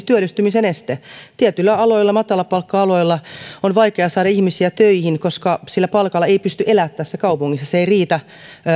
työllistymisen este tietyillä aloilla matalapalkka aloilla on vaikea saada ihmisiä töihin koska sillä palkalla ei pysty elämään tässä kaupungissa se ei riitä